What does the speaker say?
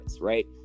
right